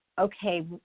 okay